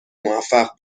موفق